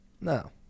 No